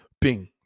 bing